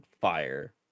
fire